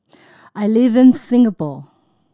I live in Singapore